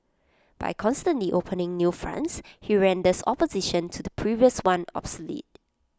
by constantly opening new fronts he renders opposition to the previous one obsolete